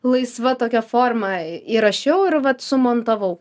laisva tokia forma įrašiau ir vat sumontavau